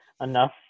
enough